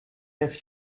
have